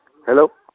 hello